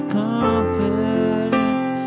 confidence